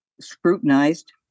scrutinized